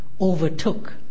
overtook